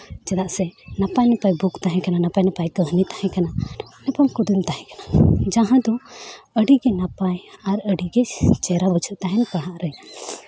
ᱪᱮᱫᱟᱜ ᱥᱮ ᱱᱟᱯᱟᱭ ᱱᱟᱯᱟᱭ ᱵᱩᱠ ᱛᱟᱦᱮᱸ ᱠᱟᱱᱟ ᱱᱟᱯᱟᱭ ᱱᱟᱯᱟᱭ ᱠᱟᱹᱦᱱᱤ ᱛᱟᱦᱮᱸ ᱠᱟᱱᱟ ᱠᱩᱫᱩᱢ ᱛᱟᱦᱮᱸ ᱠᱟᱱᱟ ᱡᱟᱦᱟᱸ ᱫᱚ ᱟᱹᱰᱤ ᱜᱮ ᱱᱟᱯᱟᱭ ᱟᱨ ᱟᱹᱰᱤ ᱜᱮ ᱪᱮᱦᱨᱟ ᱵᱩᱡᱷᱟᱹᱜ ᱛᱟᱦᱮᱱ ᱯᱟᱲᱦᱟᱣᱜ ᱨᱮ